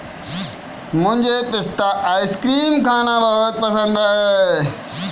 मुझे पिस्ता आइसक्रीम खाना बहुत पसंद है